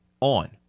on